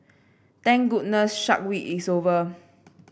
thank goodness Shark Week is over